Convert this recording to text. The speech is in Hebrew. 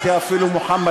תרתי משמע,